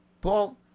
Paul